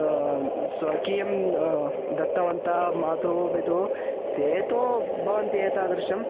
स्वकीयं दत्तवन्तः मातुः पितुः ते तु भवन्ति एतादृशं